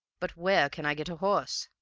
but where can i get a horse